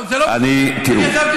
תראו,